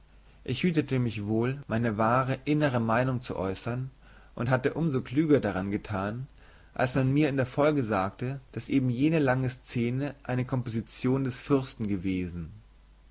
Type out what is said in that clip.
ich hütete mich wohl meine wahre innere meinung zu äußern und hatte um so klüger daran getan als man mir in der folge sagte daß eben jene lange szene eine komposition des fürsten gewesen